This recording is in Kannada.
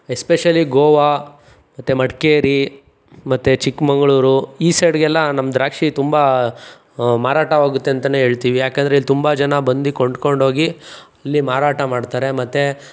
ಎಸ್ಪೆಷಲಿ ಗೋವಾ ಮತ್ತು ಮಡಿಕೇರಿ ಮತ್ತು ಚಿಕ್ಕಮಗ್ಳೂರು ಈ ಸೈಡ್ಗೆಲ್ಲ ನಮ್ಮ ದ್ರಾಕ್ಷಿ ತುಂಬ ಮಾರಾಟವಾಗುತ್ತೆ ಅಂತಾನೇ ಹೇಳ್ತೀವಿ ಯಾಕಂದರೆ ಇಲ್ಲಿ ತುಂಬ ಜನ ಬಂದು ಕೊಂಡ್ಕೊಂಡೋಗಿ ಇಲ್ಲಿ ಮಾರಾಟ ಮಾಡ್ತಾರೆ ಮತ್ತು